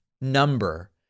number